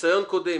ניסיון קודם,